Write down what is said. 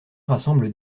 rassemble